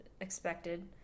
expected